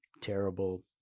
Terrible